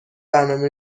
برنامه